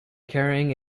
carrying